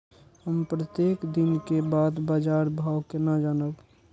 हम प्रत्येक दिन के बाद बाजार भाव केना जानब?